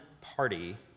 party